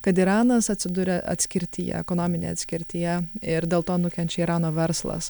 kad iranas atsiduria atskirtyje ekonominėj atskirtyje ir dėl to nukenčia irano verslas